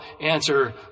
answer